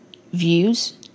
views